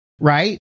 Right